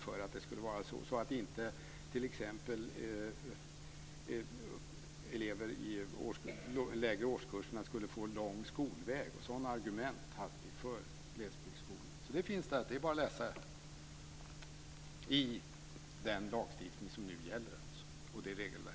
T.ex. skulle eleverna i de lägre årskurserna inte behöva ha så lång skolväg. Sådana argument hade vi för glesbygdsskolorna. Det finns nedskrivet, så det är bara att läsa i det regelverk som nu gäller.